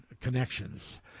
connections